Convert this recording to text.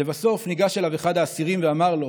לבסוף ניגש אליו אחד האסירים ואמר לו